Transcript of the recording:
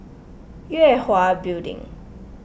Yue Hwa Building